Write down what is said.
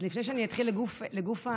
לפני שאני אתחיל לגוף העניין,